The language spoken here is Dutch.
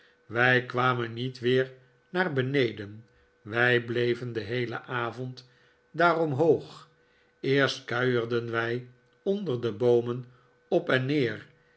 wij kwamen niet weer naar beneden wij bleven den heelen avond daar omhoog eerst kuierden wij onder de boomen op en neer